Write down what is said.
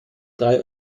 drei